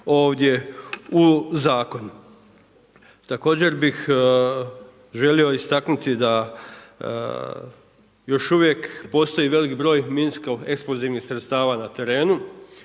ovdje u zakon. Također bih želio istaknuti da još uvijek postoji veliki broj minsko-eksplozivnih sredstava na terenu.